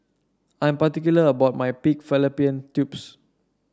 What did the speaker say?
I'm particular about my Pig Fallopian Tubes